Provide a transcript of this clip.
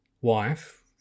wife